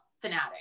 fanatic